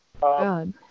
God